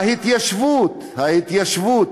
ההתיישבות, ההתיישבות,